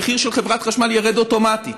המחיר של חברת החשמל ירד אוטומטית.